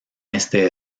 este